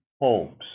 homes